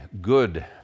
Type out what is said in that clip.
good